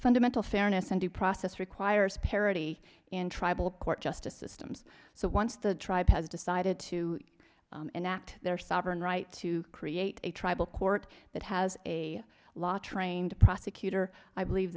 fundamental fairness and due process requires parity in tribal court justice systems so once the tribe has decided to enact their sovereign right to create a tribal court that has a law trained prosecutor i believe